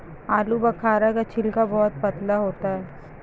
आलूबुखारा का छिलका बहुत पतला होता है